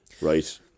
Right